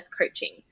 coaching